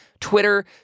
Twitter